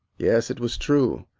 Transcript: yes, it was true,